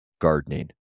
gardening